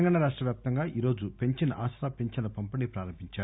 తెలంగాణ రాష్టవ్యాప్తంగా ఈరోజు పెంచిన ఆసరా పింఛన్ల పంపిణి ప్రారంభించారు